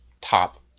top